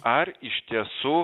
ar iš tiesų